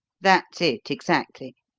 that's it exactly.